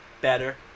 Better